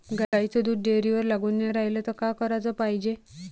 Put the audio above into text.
गाईचं दूध डेअरीवर लागून नाई रायलं त का कराच पायजे?